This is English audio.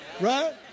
Right